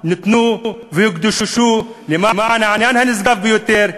ניתנו והוקדשו למען העניין הנשגב ביותר,